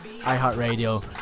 iHeartRadio